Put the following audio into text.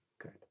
good